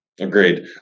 Agreed